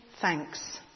thanks